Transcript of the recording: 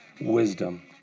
wisdom